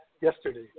yesterday